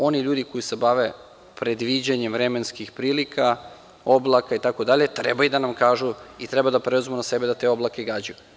Oni ljudi koji se bave predviđanjem vremenskih prilika, oblaka, itd, treba da nam kažu i treba da preuzmu na sebe da te oblake gađaju.